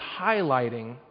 highlighting